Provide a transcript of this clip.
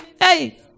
Hey